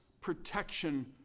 protection